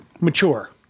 mature